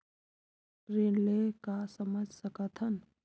ऋण ले का समझ सकत हन?